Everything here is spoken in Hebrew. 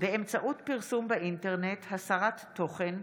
באמצעות פרסום באינטרנט (הסרת תוכן),